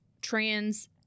trans